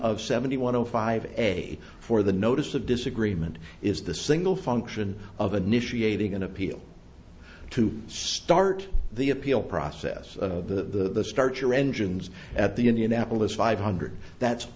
of seventy one zero five a for the notice of disagreement is the single function of an issue dating an appeal to start the appeal process of the start your engines at the indianapolis five hundred that's